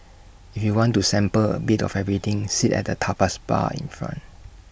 if you want to sample A bit of everything sit at the tapas bar in front